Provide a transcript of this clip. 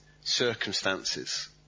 circumstances